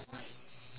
my white what